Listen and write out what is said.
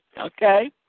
Okay